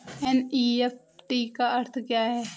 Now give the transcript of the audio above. NEFT का अर्थ क्या है?